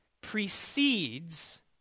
precedes